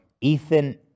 Ethan